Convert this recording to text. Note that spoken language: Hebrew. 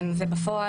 בפועל,